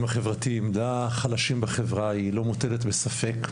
החברתיים והחלשים בחברה היא לא מוטלת בספק,